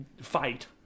fight